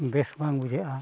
ᱵᱮᱥ ᱵᱟᱝ ᱵᱩᱡᱷᱟᱹᱜᱼᱟ